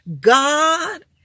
God